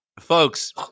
folks